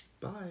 Bye